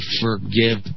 forgive